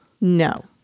No